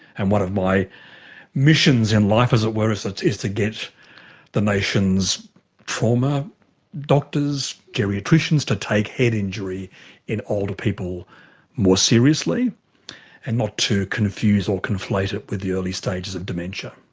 and one of my missions in life, as it were, is ah to is to get the nation's trauma doctors, geriatricians, to take head injury in older people more seriously and not to confuse or conflate it with the early stages of dementia.